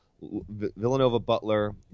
Villanova-Butler